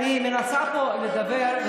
אני מנסה לדבר פה,